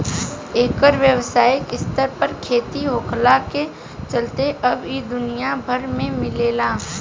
एकर व्यावसायिक स्तर पर खेती होखला के चलते अब इ दुनिया भर में मिलेला